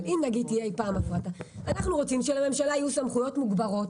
אבל אם תהיה אי פעם הפרטה אנחנו רוצים שלממשלה יהיו סמכויות מוגברות